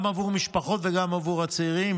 גם עבור המשפחות וגם עבור הצעירים,